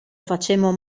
facemmo